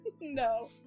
No